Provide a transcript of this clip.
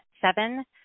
Seven